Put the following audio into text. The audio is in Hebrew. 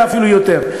אולי אפילו יותר.